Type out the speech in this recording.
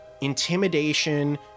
intimidation